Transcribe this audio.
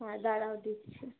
হ্যাঁ দাঁড়াও দিচ্ছি